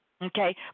Okay